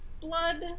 blood